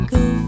go